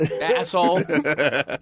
Asshole